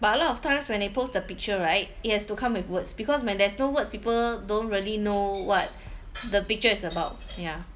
but a lot of times when they post the picture right it has to come with words because when there's no words people don't really know what the picture is about ya